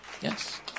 Yes